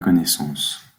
connaissance